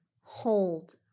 hold